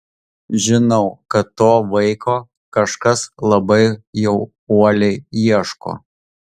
žinau kad to vaiko kažkas labai jau uoliai ieško